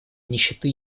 нищеты